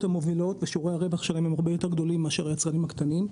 המובילות ושיעורי הרווח שלהם הרבה יותר גדולים מאשר היצרנים הקטנים.